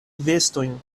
vestojn